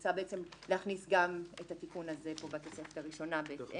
מוצע להכניס גם את התיקון הזה בתוספת הראשונה בהתאם.